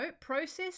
process